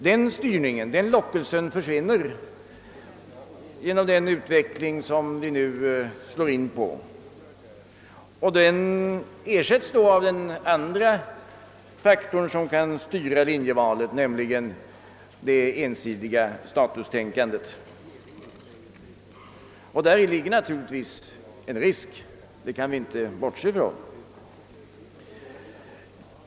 Denna styrning försvinner genom den utveckling som vi nu slår in på och ersätts av den andra faktor som kan styra linjevalet, nämligen det ensidiga statustänkandet. Däri ligger naturligtvis en risk; det kan vi inte bortse från.